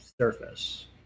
surface